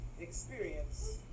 experience